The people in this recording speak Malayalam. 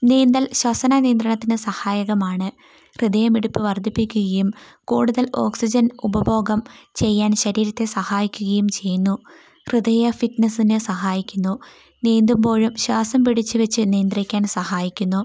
നീന്തൽ ശ്വസന നിയന്ത്രണത്തിനു സഹായകമാണ് ഹൃദയമിടിപ്പ് വർദ്ധിപ്പിക്കുകയും കൂടുതൽ ഓക്സിജൻ ഉപഭോഗം ചെയ്യാൻ ശരീരത്തെ സഹായിക്കുകയും ചെയ്യുന്നു ഹൃദയ ഫിറ്റ്നസ്സിന് സഹായിക്കുന്നു നീന്തുമ്പോഴും ശ്വാസം പിടിച്ചുവച്ച് നിയന്ത്രിക്കാൻ സഹായിക്കുന്നു